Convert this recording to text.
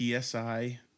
PSI